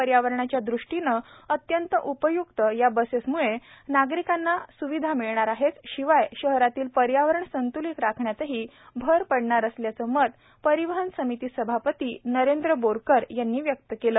पर्यावरणाच्या दृष्टीने अत्यंत उपयुक्त या बसेसमुळे नागरिकांना सुविधा मिळणार आहेच शिवाय शहरातील पर्यावरण संत्लित राखण्यातही भर पडणार असल्याचे मत परिवहन समिती सभापती नरेंद्र बोरकर यांनी व्यक्त केले